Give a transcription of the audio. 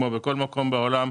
כמו בכל מקום בעולם,